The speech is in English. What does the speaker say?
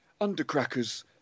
undercrackers